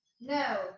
No